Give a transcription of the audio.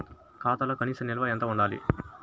ఖాతాలో కనీస నిల్వ ఎంత ఉండాలి?